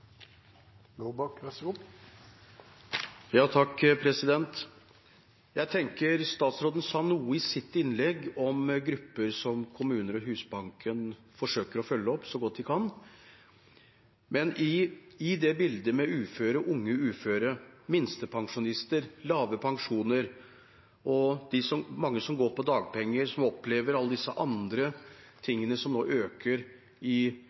Statsråden sa i sitt innlegg noe om grupper som kommuner og Husbanken forsøker å følge opp så godt de kan. Men jeg tenker at i det bildet – med uføre, unge uføre, minstepensjonister, lave pensjoner, mange som går på dagpenger, og som opplever alle disse andre tingene som nå øker rundt seg: rentene som går opp, eiendomsskatten som går opp i